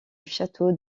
château